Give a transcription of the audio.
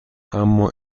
اما